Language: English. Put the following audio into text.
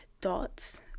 dots